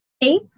Eight